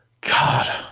God